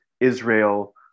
Israel